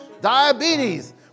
Diabetes